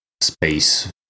space